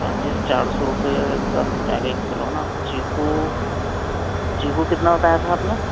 पनीर चार सौ रुपये का मिल जाएगा एक किलो ना चीकू चीकू कितना बताया था आपने